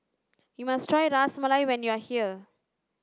you must try Ras Malai when you are here